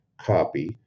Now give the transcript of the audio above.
copy